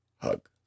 hug